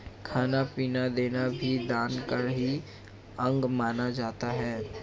खाना पीना देना भी दान का ही अंग माना जाता है